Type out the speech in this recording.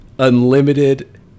Unlimited